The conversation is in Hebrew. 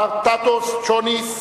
מר טאסוס צ'וניס,